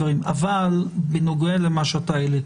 אבל בנוגע למה שאתה העלית,